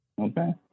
Okay